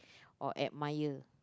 or admired